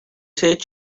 said